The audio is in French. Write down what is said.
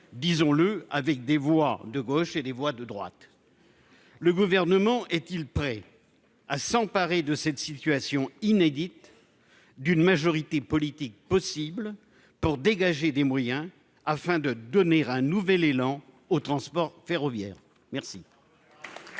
disons-le avec des voix de gauche et les voix de droite, le gouvernement est-il prêt à s'emparer de cette situation inédite d'une majorité politique possible pour dégager des moyens afin de donner un nouvel élan au transport ferroviaire, merci.